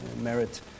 merit